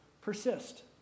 persist